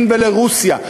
לסין ולרוסיה,